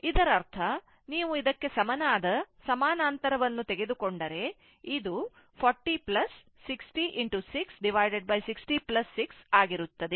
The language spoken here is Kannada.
ಇದರರ್ಥ ನೀವು ಇದಕ್ಕೆ ಸಮನಾದ ಸಮಾನಾಂತರವನ್ನು ತೆಗೆದುಕೊಂಡರೆ ಇದು 40 60 6606 ಆಗಿರುತ್ತದೆ